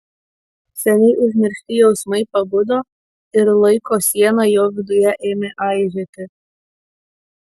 seniai užmiršti jausmai pabudo ir laiko siena jo viduje ėmė aižėti